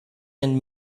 and